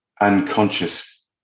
unconscious